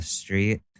street